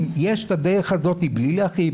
אם יש את הדרך הזאת בלי להכאיב,